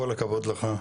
כל הכבוד לך.